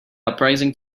uprising